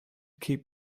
keep